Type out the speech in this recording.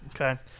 okay